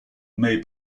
may